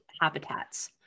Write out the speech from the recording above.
habitats